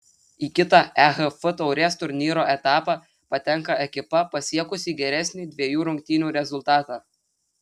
į kitą ehf taurės turnyro etapą patenka ekipa pasiekusi geresnį dviejų rungtynių rezultatą